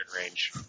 Range